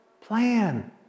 plan